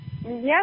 Yes